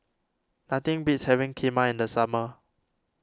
nothing beats having Kheema in the summer